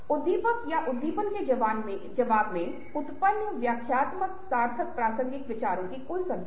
उद्दीपक या उद्दीपन के जवाब में उत्पन्न व्याख्यात्मक सार्थक प्रासंगिक विचारों की कुल संख्या है